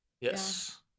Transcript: Yes